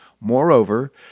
Moreover